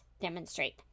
demonstrate